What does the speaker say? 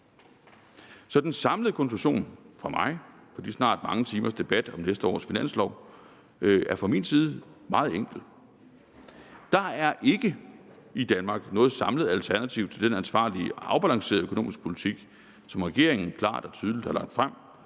Så den samlede konklusionen fra min side – efter snart mange timers debat om næste års finanslov – er meget enkel: I Danmark er der ikke noget samlet alternativ til den ansvarlige og afbalancerede økonomiske politik, som regeringen klart og tydeligt har lagt frem